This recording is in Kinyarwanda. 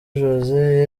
josée